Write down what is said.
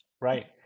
right